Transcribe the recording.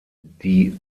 die